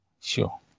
Sure